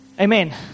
Amen